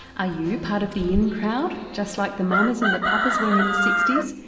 are you part of the in crowd, just like the mamas and the papas were in the sixty s?